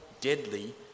deadly